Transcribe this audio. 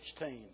16